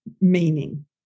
meaning